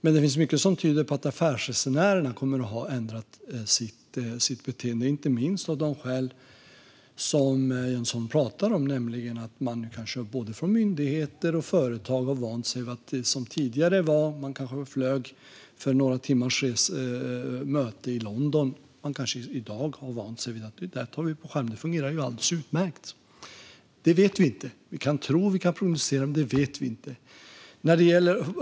Men det finns mycket som tyder på att affärsresenärerna kommer att ha ändrat sitt beteende, inte minst av de skäl som Jens Holm nämner. Tidigare kanske man flög för några timmars möte i London, men nu kan det vara så att man i både myndigheter och företag har vant sig vid att ta det på skärm och ser att det fungerar alldeles utmärkt. Vi kan tro och prognosera, men vi vet inte.